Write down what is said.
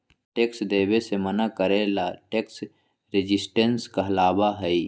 tax देवे से मना करे ला टैक्स रेजिस्टेंस कहलाबा हई